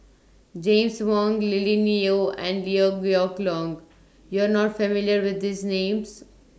James Wong Lily Neo and Liew Geok Leong YOU Are not familiar with These Names